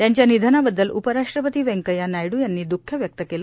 त्यांच्या निधनाबददल उपराष्ट्रपती व्यंकय्या नायडू यांनी द्रःख व्यक्त केलं